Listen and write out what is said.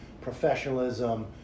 professionalism